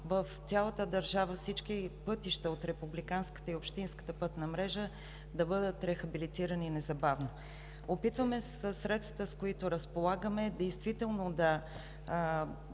в цялата държава всички пътища от републиканската и общинската пътна мрежа да бъдат рехабилитирани незабавно. Опитваме се със средствата, с които разполагаме, действително